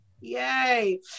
Yay